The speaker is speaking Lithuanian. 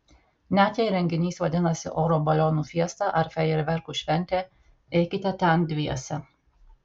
net jei renginys vadinasi oro balionų fiesta ar fejerverkų šventė eikite ten dviese